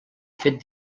fet